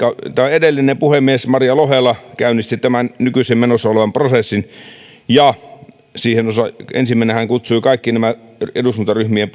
edellinen puhemies maria lohela käynnisti tämän nykyisen menossa olevan prosessin ja siihen ensimmäisenä hän kutsui kaikki eduskuntaryhmien